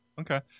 okay